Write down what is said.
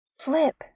Flip